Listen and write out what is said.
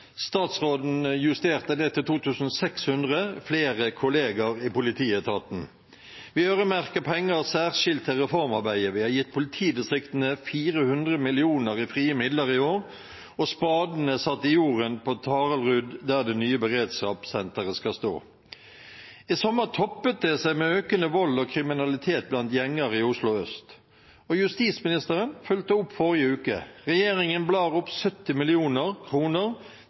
statsråden justerte det til 2 600 – flere kolleger i politietaten. Vi øremerker penger særskilt til reformarbeidet. Vi har gitt politidistriktene 400 mill. kr i frie midler i år, og spaden er satt i jorden på Taraldrud, der det nye beredskapssenteret skal ligge. I sommer toppet det seg, med økende vold og kriminalitet blant gjenger i Oslo øst, og justisministeren fulgte opp i forrige uke. Regjeringen blar opp 70